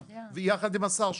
יחד עם השר שלך.